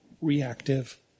reactive